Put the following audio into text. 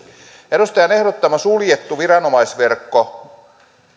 edustajan ehdottama suljettu viranomaisverkko